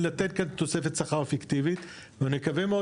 לתת תוספת שכר פיקטיבית ונקווה מאוד